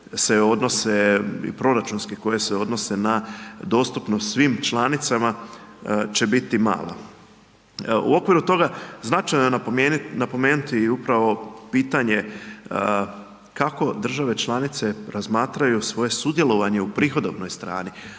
proračunske koje se odnose na dostupnost svim članicama će biti mala. U okviru toga značajno je napomenuti upravo pitanje kako države članice razmatraju svoje sudjelovanje u prihodovnoj strani,